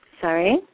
Sorry